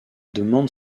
demande